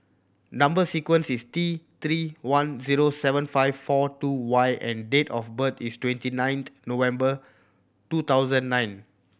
number sequence is T Three one zero seven five four two Y and date of birth is twenty ninth November two thousand nine